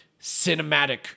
cinematic